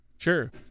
Sure